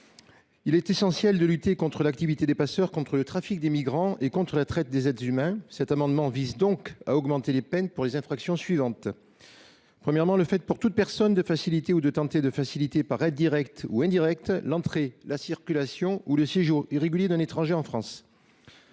Il est essentiel de lutter contre l’activité des passeurs, contre le trafic de migrants et contre la traite des êtres humains. Cet amendement, proposé par ma collègue Brigitte Devésa, vise donc à augmenter les peines pour les infractions suivantes : premièrement, le fait de faciliter ou de tenter de faciliter, par aide directe ou indirecte, l’entrée, la circulation ou le séjour irréguliers d’un étranger en France